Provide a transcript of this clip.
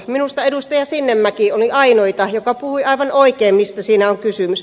minusta edustaja sinnemäki oli ainoita joka puhui aivan oikein mistä siinä on kysymys